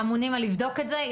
אנחנו נבדוק את זה.